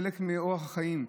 הוא חלק מאורח החיים.